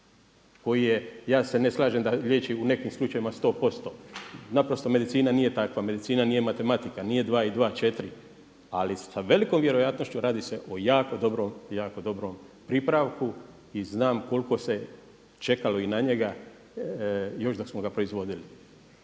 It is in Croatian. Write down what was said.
koji je ja se ne slažem da liječi u nekim slučajevima sto posto. Naprosto medicina nije takva, medicina nije matematika, nije dva i dva četiri. Ali sa velikom vjerojatnošću radi se o jako dobrom pripravku i znam koliko se čekalo i na njega još dok smo ga proizvodili.